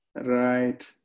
Right